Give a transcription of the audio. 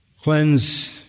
Cleanse